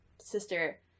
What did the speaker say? sister